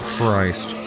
Christ